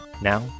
Now